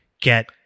get